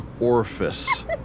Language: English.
orifice